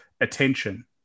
attention